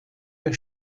der